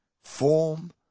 form